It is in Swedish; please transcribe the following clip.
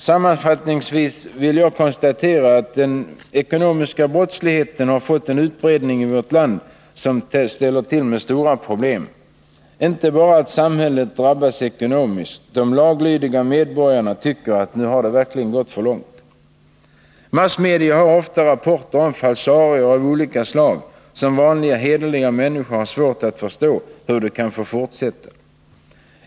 Sammanfattningsvis vill jag konstatera att den ekonomiska brottsligheten har fått en utbredning i vårt land som ställer till med stora problem, inte bara genom att samhället drabbas ekonomiskt. De laglydiga medborgarna tycker att det nu verkligen har gått för långt. Massmedia har ofta rapporter om falsarier av olika slag som vanliga, hederliga människor har svårt att förstå hur de kan få fortsätta.